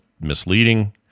misleading